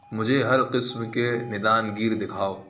مجھے ہر قسم کے ندان گیر دکھاؤ